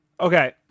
Okay